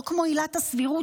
לא כמו עילת הסבירות,